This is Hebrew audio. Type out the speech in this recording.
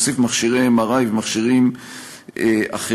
מוסיף מכשירי MRI ומכשירים אחרים,